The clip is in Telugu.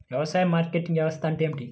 వ్యవసాయ మార్కెటింగ్ వ్యవస్థ అంటే ఏమిటి?